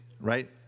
right